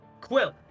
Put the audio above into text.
Quill